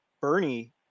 Bernie